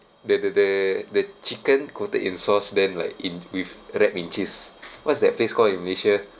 the the the the chicken coated in sauce then like in with wrap in cheese what's that place called in malaysia